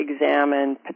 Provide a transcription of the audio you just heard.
examine